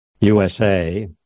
USA